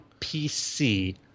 pc